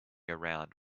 around